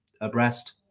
abreast